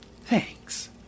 thanks